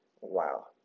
Wow